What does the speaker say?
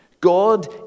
God